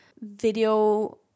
video